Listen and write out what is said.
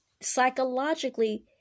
Psychologically